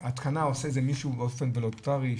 את ההתקנה עושה מישהו באופן וולונטרי,